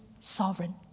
sovereign